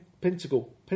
pentacle